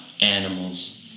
animals